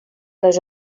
les